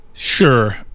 Sure